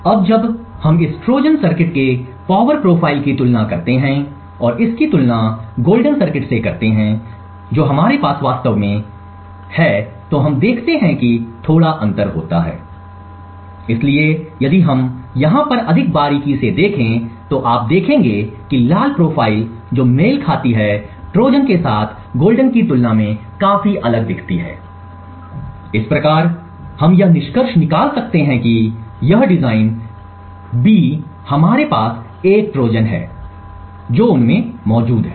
अब जब हम इस ट्रोजन सर्किट के पावर प्रोफाइल की तुलना करते हैं और इसकी तुलना गोल्डन सर्किट से करते हैं जो हमारे पास वास्तव में हम देखते हैं कि थोड़ा अंतर होता है इसलिए यदि हम यहाँ पर अधिक बारीकी से देखते हैं तो आप देखते हैं कि लाल प्रोफ़ाइल जो मेल खाती है ट्रोजन के साथ गोल्डन की तुलना में काफी अलग दिखता है इस प्रकार हम यह निष्कर्ष निकाल सकते हैं कि यह डिजाइन बी हमारे पास एक ट्रोजन है जो उनमें मौजूद है